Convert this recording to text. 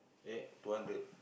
eh two hundred